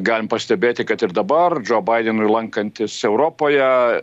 galim pastebėti kad ir dabar džou baidenui lankantis europoje